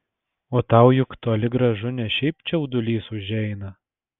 o tau juk toli gražu ne šiaip čiaudulys užeina